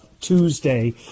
Tuesday